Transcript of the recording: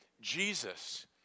Jesus